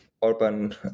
Orban